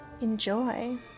Enjoy